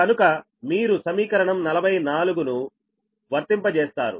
కనుక మీరు సమీకరణం 44 ను వర్తింపజేస్తారు